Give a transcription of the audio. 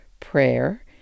prayer